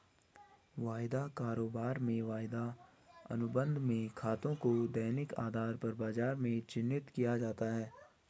वायदा कारोबार में वायदा अनुबंध में खातों को दैनिक आधार पर बाजार में चिन्हित किया जाता है